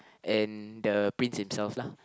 and the prince himself lah